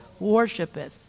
worshipeth